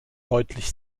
deutlich